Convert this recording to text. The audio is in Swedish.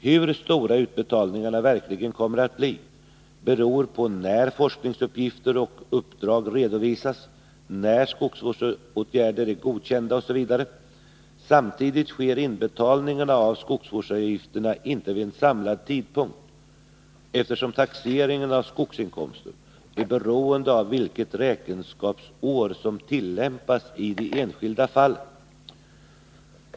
Hur stora utbetalningarna verkligen kommer att bli beror på när forskningsuppgifter och uppdrag redovisas, när skogsvårdsåtgärder är godkända osv. Samtidigt sker inbetalningarna av skogsvårdsavgifterna inte samlat vid en viss tidpunkt, eftersom taxeringen av skogsinkomster är beroende av vilket räkenskapsår som tillämpas i det enskilda fallet.